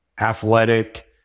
athletic